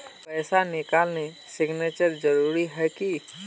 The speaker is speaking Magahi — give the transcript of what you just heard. पैसा निकालने सिग्नेचर जरुरी है की?